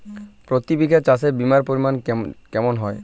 প্রতি বিঘা চাষে বিমার পরিমান কেমন হয়?